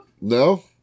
no